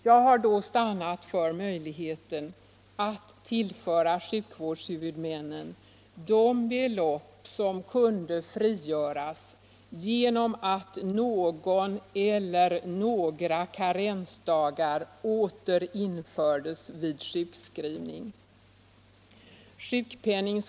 Jag har då stannat för möjligheten att tillföra sjukvårdshuvudmännen de belopp som skulle kunna frigöras genom att någon eller några karensdagar åter infördes vid sjukskrivning.